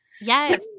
yes